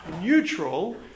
neutral